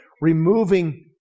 removing